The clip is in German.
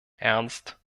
ernst